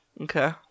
okay